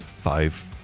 five